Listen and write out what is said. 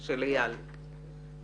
הצעת חבר הכנסת אייל בן ראובן.